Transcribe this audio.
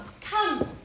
Come